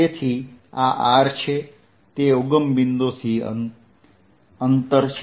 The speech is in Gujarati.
તેથી આ r છે તે ઉગમ બિંદુથી અંતર છે